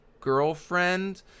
girlfriend